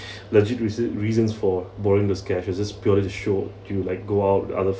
legit reason~ reasons for borrowing the cash it was just purely to show you like go out with other